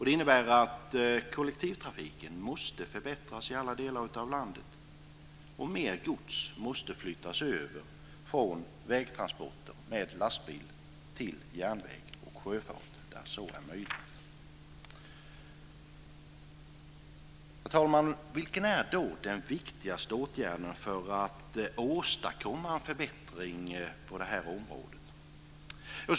Det innebär att kollektivtrafiken måste förbättras i alla delar av landet och mer gods måste flyttas över från vägtransporter med lastbil till järnväg och sjöfart där så är möjligt. Herr talman! Vilken är då den viktigaste åtgärden för att åstadkomma en förbättring på det här området?